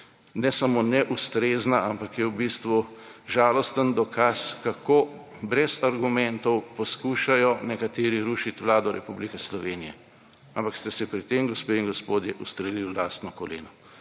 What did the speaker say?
ne samo neustrezna, ampak je v bistvu žalosten dokaz, kako brez argumentov poskušajo nekateri rušiti Vlado Republike Slovenije. Ampak ste se pri tem, gospe in gospodje, ustrelili v lastno koleno.